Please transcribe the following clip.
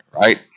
right